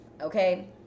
okay